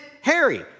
Harry